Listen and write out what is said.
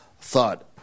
thought